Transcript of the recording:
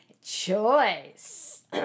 Choice